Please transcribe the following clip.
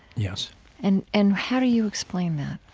yes and and how do you explain that?